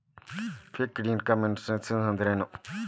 Fixed income analysis ಅಂದ್ರೆನು?